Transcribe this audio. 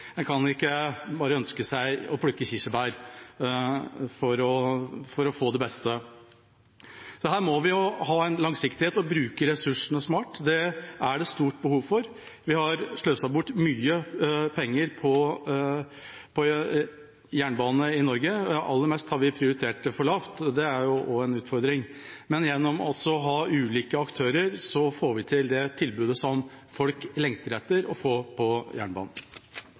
En kan ikke ønske seg bare å plukke kirsebær for å få det beste. Her må vi ha langsiktighet og bruke ressursene smart. Det er det stort behov for. Vi har sløst bort mye penger på jernbane i Norge – aller mest har vi prioritert det for lavt, det er også en utfordring – men gjennom å ha ulike aktører får vi til det tilbudet som folk lengter etter å få på jernbanen.